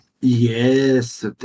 Yes